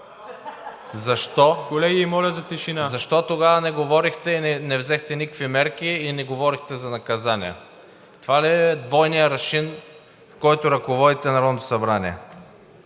Колеги, моля за тишина! СТОЯН ТАСЛАКОВ: …тогава не говорехте, не взехте никакви мерки и не говорехте за наказания? Това ли е двойният аршин, с който ръководите Народното събрание?